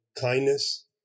kindness